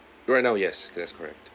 right now yes that's correct